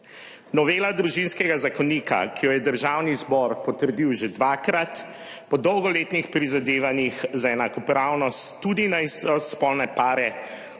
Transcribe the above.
Novela družinskega zakonika, ki jo je državni zbor potrdil že dvakrat, po dolgoletnih prizadevanjih za enakopravnost tudi na istospolne pare končno